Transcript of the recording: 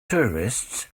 tourists